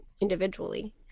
individually